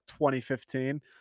2015